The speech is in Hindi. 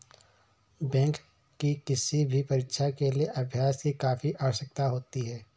बैंक की किसी भी परीक्षा के लिए अभ्यास की काफी आवश्यकता होती है